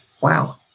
Wow